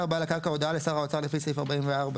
בעל הקרקע הודעה לשר האוצר לפי סעיף 44(2),